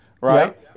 right